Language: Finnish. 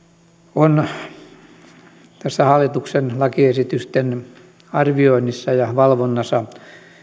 on tässä hallituksen lakiesitysten arvioinnissa ja valvonnassa